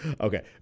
Okay